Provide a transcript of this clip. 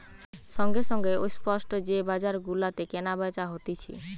সঙ্গে সঙ্গে ও স্পট যে বাজার গুলাতে কেনা বেচা হতিছে